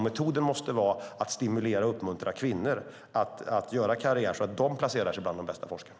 Metoden måste vara att stimulera och uppmuntra kvinnor att göra karriär så att de placerar sig bland de bästa forskarna.